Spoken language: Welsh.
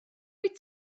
wyt